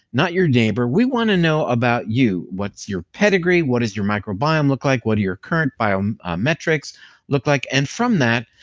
not your neighbor. we want to know about you. what's your pedigree? what does your microbiome look like? what do your current um biometrics look like? and from that,